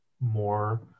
more